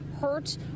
hurt